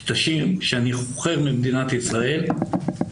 שטחים שאני חוכר ממדינת ישראל,